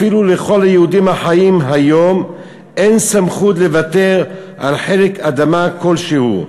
אפילו לכל היהודים החיים היום אין סמכות לוותר על חלק אדמה כלשהו.